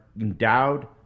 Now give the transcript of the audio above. endowed